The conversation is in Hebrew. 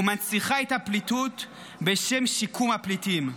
ומנציחה את הפליטות בשם שיקום הפליטים.